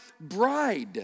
bride